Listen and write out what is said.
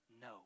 no